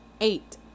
eight